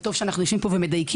וטוב שאנחנו יושבים פה ומדייקים,